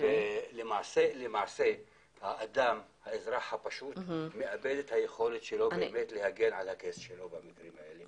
למעשה האזרח הפשוט מאבד את היכולת שלו להגן על המקרה שלו במקרים האלה.